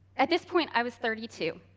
at this point, i was thirty two,